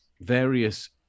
various